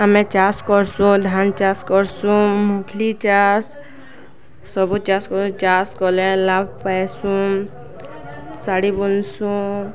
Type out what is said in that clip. ଆମେ ଚାଷ୍ କର୍ସୁଁ ଧାନ୍ ଚାଷ୍ କର୍ସୁଁ ମୁଖ୍ଲି ଚାଷ୍ ସବୁ ଚାଷ୍ କର୍ ଚାଷ୍ କଲେ ଲାଭ ପାଏସୁଁ ଶାଢ଼ୀ ବୁନ୍ସୁଁ